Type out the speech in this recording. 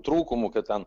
trūkumų kad ten